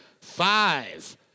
five